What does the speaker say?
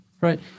Right